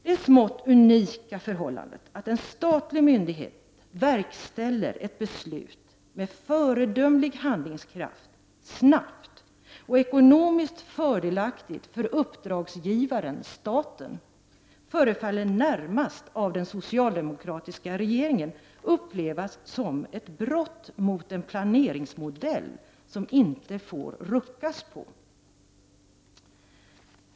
Det smått unika förhållandet att en statlig myndighet verkställer ett beslut med föredömlig handlingskraft, snabbt och ekonomiskt fördelaktigt för uppdragsgivaren, staten, förefaller närmast av den socialdemokratiska regeringen upplevas som ett brott mot en planeringsmodell som det inte får ruckas på.